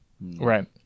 right